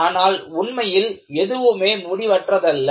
ஆனால் உண்மையில் எதுவுமே முடிவற்றதல்ல